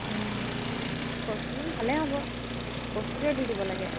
কচু ভালে হ'ব কচুৰে দি দিব লাগে